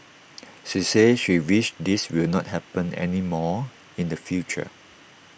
she said she wished this will not happen anymore in the future